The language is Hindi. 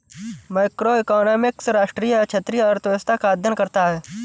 मैक्रोइकॉनॉमिक्स राष्ट्रीय या क्षेत्रीय अर्थव्यवस्था का अध्ययन करता है